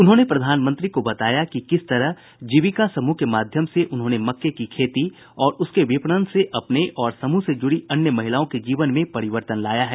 उन्होंने प्रधानमंत्री को बताया कि किस तरह जीविका समूह के माध्यम से उन्होंने मक्के की खेती और उसके विपणन से अपने और समूह से जुड़ी अन्य महिलाओं के जीवन में परिवर्तन लाया है